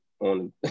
on